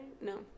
no